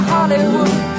Hollywood